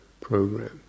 program